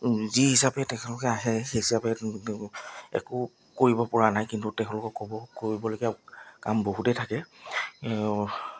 যি হিচাপে তেখেতলোকে আহে সেই হিচাপে একো কৰিব পৰা নাই কিন্তু তেওঁলোকক কৰিবলগীয়া কাম বহুতে থাকে